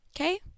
Okay